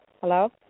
Hello